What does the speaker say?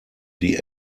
die